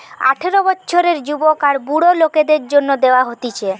আঠারো বছরের যুবক আর বুড়া লোকদের জন্যে দেওয়া হতিছে